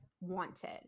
Wanted